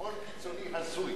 שמאל קיצוני הזוי.